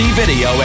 video